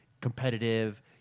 competitive